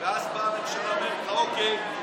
ואז באה הממשלה ואומרת לך: אוקיי,